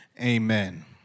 Amen